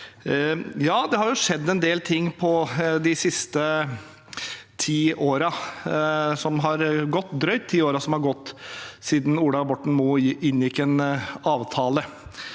Ja, det har skjedd en del ting de drøyt ti siste årene som har gått siden Ola Borten Moe inngikk en avtale.